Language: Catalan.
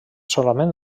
solament